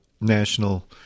national